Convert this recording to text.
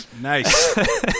Nice